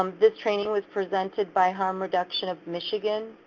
um this training was presented by harm reduction of michigan.